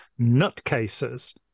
nutcases